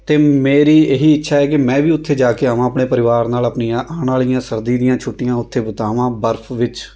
ਅਤੇ ਮੇਰੀ ਇਹੀ ਇੱਛਾ ਹੈ ਕਿ ਮੈਂ ਵੀ ਉੱਥੇ ਜਾ ਕੇ ਆਵਾਂ ਆਪਣੇ ਪਰਿਵਾਰ ਨਾਲ ਆਪਣੀਆਂ ਆਉਣ ਵਾਲੀਆਂ ਸਰਦੀ ਦੀਆਂ ਛੁੱਟੀਆਂ ਉੱਥੇ ਬਿਤਾਵਾ ਬਰਫ਼ ਵਿੱਚ